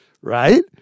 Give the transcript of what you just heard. Right